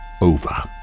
over